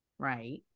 right